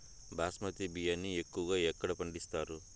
బాస్మతి బియ్యాన్ని ఎక్కువగా ఎక్కడ పండిస్తారు?